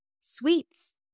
sweets